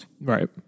Right